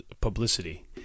publicity